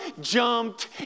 jumped